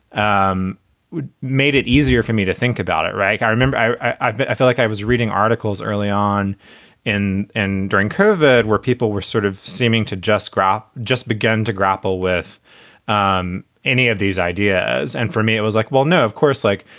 um made it easier for me to think about it. right. i remember i, i feel like i was reading articles early on in and during covered where people were sort of seeming to just grasp, just begin to grapple with any of these ideas. and for me, it was like, well, no, of course, like,